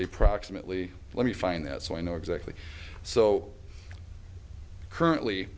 a proximately let me find that so i know exactly so currently